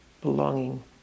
belonging